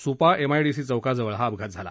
Supa MIDC चौकाजवळ हा अपघात झाला